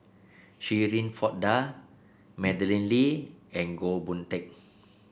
Shirin Fozdar Madeleine Lee and Goh Boon Teck